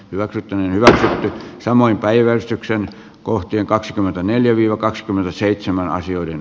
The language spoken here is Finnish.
hyvä tyttö hyvä samoin päiväystyksen kohteen kaksikymmentäneljä viro kaksikymmentäseitsemän ansioiden